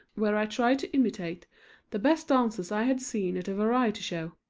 where i tried to imitate the best dancers i had seen at a variety show.